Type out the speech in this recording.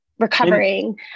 recovering